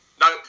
No